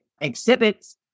exhibits